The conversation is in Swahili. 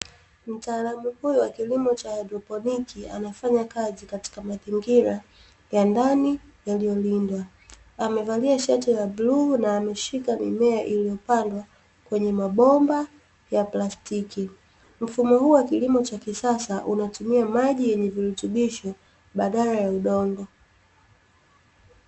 Mtaalamu huyu wa kilimo cha haidroponiki, anafanya kazi katika mazingira ya ndani yaliyolindwa. Amevalia shati la bluu na ameshika mimea iliyopandwa kwenye mabomba ya plastiki. Mfumo huu wa kilimo cha kisasa, unatumia maji yenye virutubisho badala ya udongo.